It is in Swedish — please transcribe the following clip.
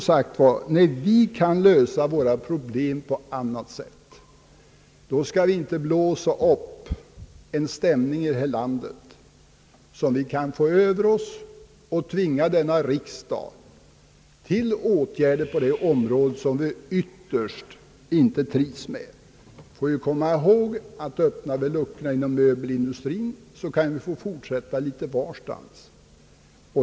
När vi, som sagt, kan lösa våra problem på annat sätt, skall vi inte blåsa upp en stämning i landet, som vi sedan kan få emot oss, och tvinga denna riksdag till åtgärder på detta område vilka vi ytterst inte är till freds med. Vi får komma ihåg att vi, om vi ger oss in på detta inom möbelindustrin, får fortsätta litet varstans.